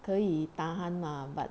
可以 tahan mah but